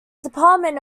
department